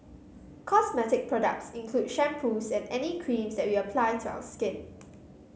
cosmetic products include shampoos and any creams that we apply to our skin